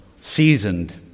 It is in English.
seasoned